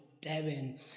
Devin